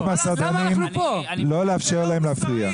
אני מבקש מהסדרנים לא לאפשר להם להפריע.